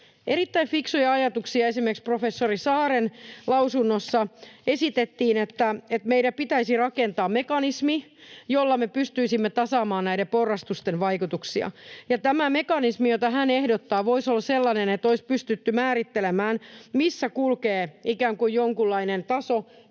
erittäin fiksuja ajatuksia. Esimerkiksi professori Saaren lausunnossa esitettiin, että meidän pitäisi rakentaa mekanismi, jolla me pystyisimme tasaamaan näiden porrastusten vaikutuksia, ja tämä mekanismi, jota hän ehdottaa, voisi olla sellainen, että olisi pystytty määrittelemään, missä kulkee ikään kuin jonkunlainen taso,